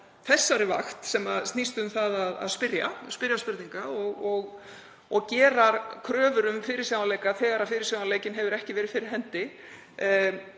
þessari vakt sem snýst um að spyrja spurninga og gera kröfur um fyrirsjáanleika þegar fyrirsjáanleikinn hefur ekki verið fyrir hendi